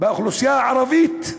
באוכלוסייה הערבית.